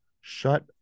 shut